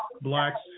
Blacks